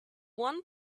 one